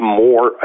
more